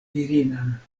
virinan